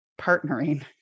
partnering